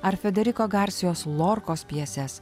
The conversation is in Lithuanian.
ar federiko garsijos lorkos pjeses